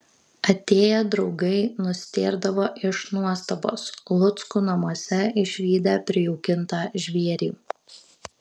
atėję draugai nustėrdavo iš nuostabos luckų namuose išvydę prijaukintą žvėrį